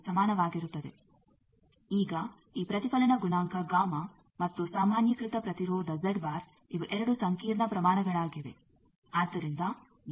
ಈಗ ಈ ಪ್ರತಿಫಲನ ಗುಣಾಂಕ ಮತ್ತು ಸಾಮಾನ್ಯೀಕೃತ ಪ್ರತಿರೋಧ ಇವು ಎರಡು ಸಂಕೀರ್ಣ ಪ್ರಮಾಣಗಳಾಗಿವೆ